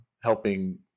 helping